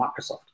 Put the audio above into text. Microsoft